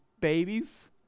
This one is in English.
babies